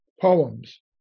poems